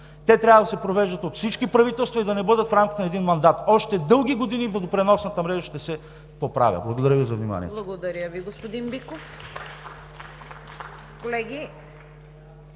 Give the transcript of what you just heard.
Те трябва да се провеждат от всички правителства и да не бъдат в рамките на един мандат. Още дълги години водопреносната мрежа ще се поправя. Благодаря Ви за вниманието. ПРЕДСЕДАТЕЛ ЦВЕТА КАРАЯНЧЕВА: Благодаря Ви, господин Биков. Колеги,